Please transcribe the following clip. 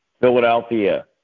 Philadelphia